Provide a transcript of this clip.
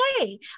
Okay